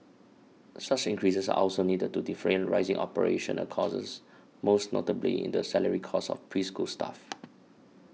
such increases are also needed to defray rising operational costs most notably in the salary costs of preschool staff